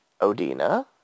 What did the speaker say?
Odina